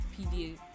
PDA